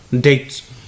dates